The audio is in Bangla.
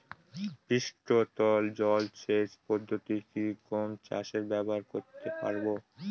পৃষ্ঠতল জলসেচ পদ্ধতি কি গম চাষে ব্যবহার করতে পারব?